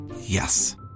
Yes